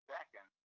Second